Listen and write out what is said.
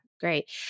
Great